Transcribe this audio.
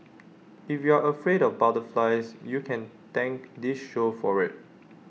if you're afraid of butterflies you can thank this show for IT